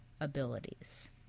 abilities